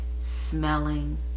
smelling